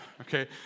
okay